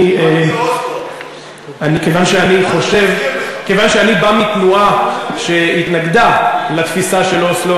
כיוון שאני בא מתנועה שהתנגדה לתפיסה של אוסלו,